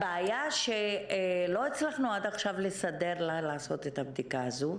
הבעיה שלא הצלחנו עד עכשיו לסדר לה לעשות את הבדיקה הזו,